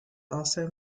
also